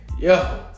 yo